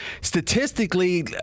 statistically